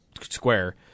Square